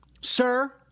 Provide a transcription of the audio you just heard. sir